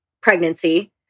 pregnancy